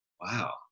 Wow